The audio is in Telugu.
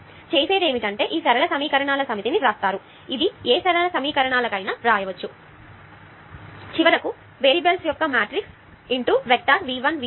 కాబట్టి చేసేది ఏమిటంటే ఈ సరళ సమీకరణాల సమితిని వ్రాస్తారు ఇది ఏ సరళ సమీకరణాలకైనా రాయవచ్చు matrix G 1 1 G 1 2 G 1 2 0 G 12 G1 2 G2 2 G 2 3 G 2 3 0 G 2 3 G 2 3 G 3 3 అని వ్రాస్తారు